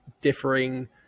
differing